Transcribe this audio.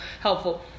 helpful